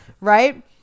right